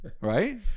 Right